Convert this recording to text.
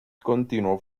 continuó